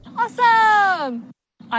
Awesome